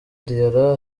diarra